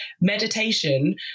meditation